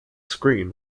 screen